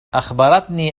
أخبرتني